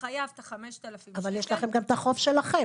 מהחייב את ה-5,000 שקל --- אבל יש לכם גם את החוב שלכם.